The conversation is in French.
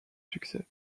succès